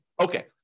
Okay